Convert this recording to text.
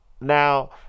Now